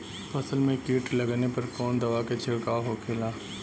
फसल में कीट लगने पर कौन दवा के छिड़काव होखेला?